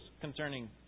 concerning